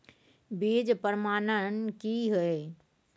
बीज प्रमाणन की हैय?